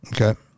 Okay